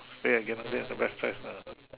stay at Geylang there is the best choice ah